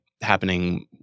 happening